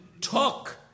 talk